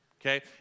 okay